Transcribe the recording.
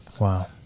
Wow